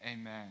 amen